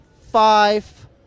five